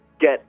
Get